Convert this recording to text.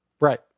Right